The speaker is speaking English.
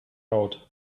out